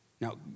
Now